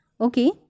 Okay